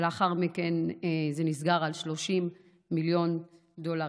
ולאחר מכן זה נסגר על 30 מיליון דולרים.